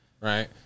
right